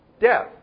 death